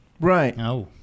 Right